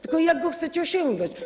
Tylko jak go chcecie osiągnąć?